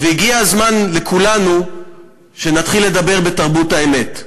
והגיע הזמן שכולנו נתחיל לדבר בתרבות האמת.